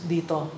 Dito